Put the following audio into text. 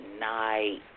night